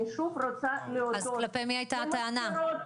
שוב למזכירות,